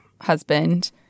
husband